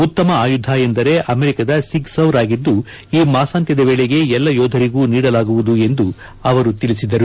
ಉತ್ತಮ ಆಯುಧ ಎಂದರೆ ಅಮೆರಿಕದ ಸಿಗ್ ಸೌರ್ ಆಗಿದ್ದು ಈ ಮಾಸಾಂತ್ಲದ ವೇಳೆಗೆ ಎಲ್ಲ ಯೋಧರಿಗೂ ನೀಡಲಾಗುವುದು ಎಂದು ಅವರು ತಿಳಿಸಿದರು